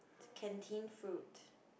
canteen food